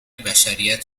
بشریت